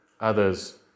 others